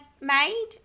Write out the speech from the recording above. made